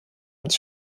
als